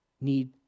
need